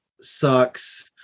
Sucks